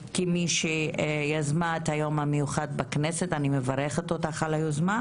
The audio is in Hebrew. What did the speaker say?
כמי שיזמה את היום המיוחד הזה היום בכנסת ואני מברכת על היוזמה,